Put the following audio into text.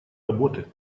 работы